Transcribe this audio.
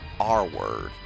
R-word